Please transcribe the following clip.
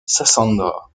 sassandra